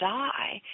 die